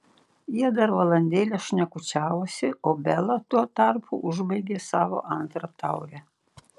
jie dar valandėlę šnekučiavosi o bela tuo tarpu užbaigė savo antrą taurę